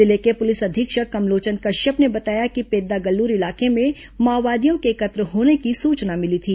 जिले के पुलिस अधीक्षक कमलोचन कश्यप ने बताया कि पेद्दागल्लूर इलाके में माओवादियों के एकत्र होने की सूचना मिली थी